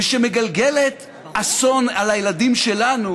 ושמגלגלת אסון על הילדים שלנו